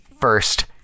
first